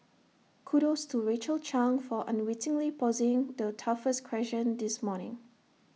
kudos to Rachel chang for unwittingly posing the toughest question this morning